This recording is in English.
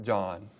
John